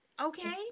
okay